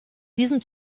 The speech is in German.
diesem